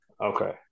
Okay